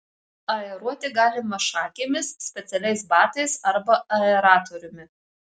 aeruoti galima šakėmis specialiais batais arba aeratoriumi